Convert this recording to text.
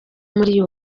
muri